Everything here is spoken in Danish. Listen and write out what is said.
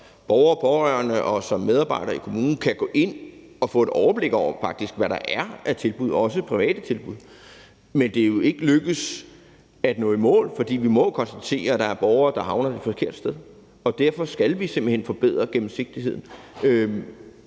pårørende eller som medarbejder i kommunen kan gå ind og faktisk få et overblik over, hvad der er af tilbud, også private tilbud. Men det er jo ikke lykkedes at nå i mål, for vi må jo konstatere, at der er borgere, der havner det forkerte sted. Derfor skal vi simpelt hen forbedre gennemsigtigheden.